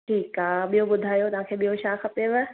ठीकु आहे ॿियो ॿुधायो तव्हांखे ॿियो छा खपेव